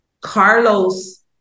Carlos